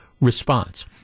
response